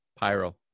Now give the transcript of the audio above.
Pyro